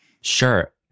Sure